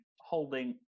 holding